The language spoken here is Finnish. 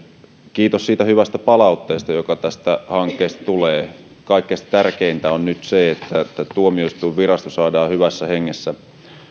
kiitos siitä hyvästä palautteesta joka tästä hankkeesta tulee kaikista tärkeintä on nyt se että tuomioistuinvirasto saadaan hyvässä hengessä